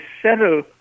settle